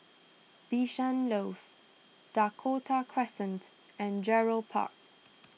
Bishan Loft Dakota Crescent and Gerald Park